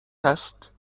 هست